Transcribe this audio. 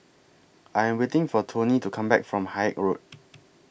I Am waiting For Toney to Come Back from Haig Road